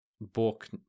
book